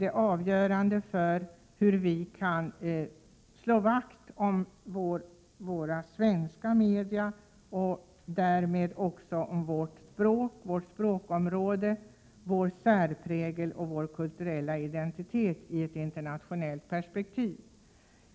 Det avgörande är hur vi skall kunna slå vakt om våra svenska media och därmed också om vårt språk, vårt språkområde, vår särprägel och vår kulturella identitet i ett internationellt perspektiv.